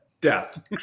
Death